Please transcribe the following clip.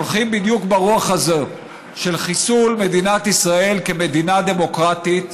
הולכים בדיוק ברוח הזאת של חיסול מדינת ישראל כמדינה דמוקרטית,